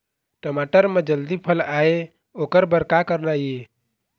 टमाटर म जल्दी फल आय ओकर बर का करना ये?